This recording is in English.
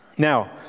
Now